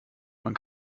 man